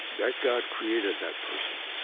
that god created that person.